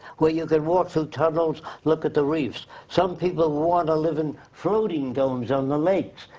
where you can walk through tunnels, look at the reefs. some people wanna live in floating domes on the lakes,